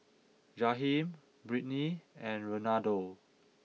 Jaheem Brittni and Renaldo